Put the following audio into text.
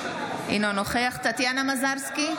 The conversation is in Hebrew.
אינו נוכח טטיאנה מזרסקי,